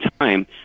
time